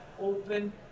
open